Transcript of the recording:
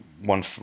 one